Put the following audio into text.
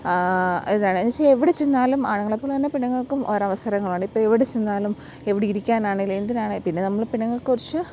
ഇതാണ് എന്നു വെച്ചാൽ എവിടെച്ചെന്നാലും ആണുങ്ങളെപ്പോലെ തന്നെ പെണ്ണുങ്ങൾക്കും ഒരു അവസരങ്ങളുണ്ട് ഇപ്പോൾ എവിടെച്ചെന്നാലും എവിടെ ഇരിക്കാനാണെങ്കിലും എന്തിനാണെങ്കിലും പിന്നെ നമ്മൾ പെണ്ണുങ്ങൾക്ക് കുറച്ച്